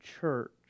church